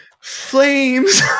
flames